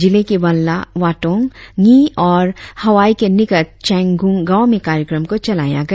जिले के वाल्ला वातोंग डी और हवाई के निकट चेंगगूंग गांव में कार्यक्रम को चलाया गया